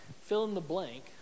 fill-in-the-blank